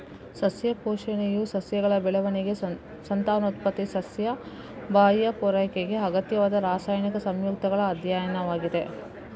ಸಸ್ಯ ಪೋಷಣೆಯು ಸಸ್ಯಗಳ ಬೆಳವಣಿಗೆ, ಸಂತಾನೋತ್ಪತ್ತಿ, ಸಸ್ಯ ಬಾಹ್ಯ ಪೂರೈಕೆಗೆ ಅಗತ್ಯವಾದ ರಾಸಾಯನಿಕ ಸಂಯುಕ್ತಗಳ ಅಧ್ಯಯನವಾಗಿದೆ